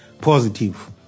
positive